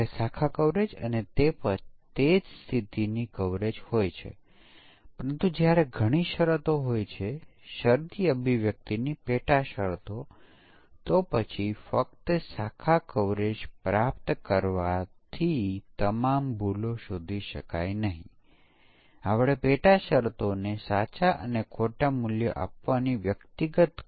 એક તે છે કે જો ઇનપુટ ડેટામાં 0 થી 1000 વચ્ચેની સંખ્યાનની રેંજ હોય અને પછી આપણી પાસે 1 માન્ય અને 2 અમાન્ય સમકક્ષ વર્ગ છે જે પરીક્ષણ ડેટાની વિશિષ્ટ સંખ્યાને નિર્દિષ્ટ કરે છે તો પછી આપણી પાસે 1 માન્ય અને 1 અમાન્ય સમકક્ષ વર્ગ છે